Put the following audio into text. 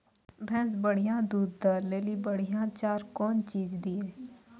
भैंस बढ़िया दूध दऽ ले ली बढ़िया चार कौन चीज दिए?